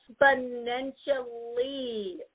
exponentially